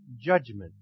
judgment